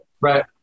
Right